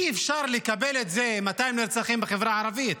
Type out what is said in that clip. אי-אפשר לקבל את זה, 200 נרצחים בחברה הערבית,